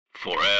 Forever